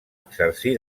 exercir